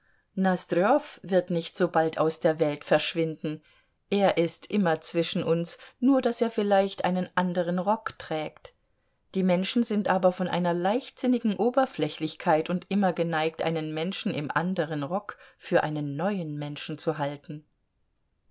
wird nicht so bald aus der welt verschwinden er ist immer zwischen uns nur daß er vielleicht einen anderen rock trägt die menschen sind aber von einer leichtsinnigen oberflächlichkeit und immer geneigt einen menschen im anderen rock für einen neuen menschen zu halten